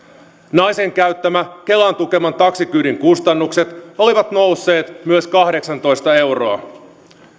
naisen käyttämän kelan tukeman taksikyydin kustannukset olivat myös nousseet kahdeksantoista euroa